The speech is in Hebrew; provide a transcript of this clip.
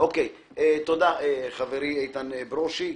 תודה לחברי איתן ברושי.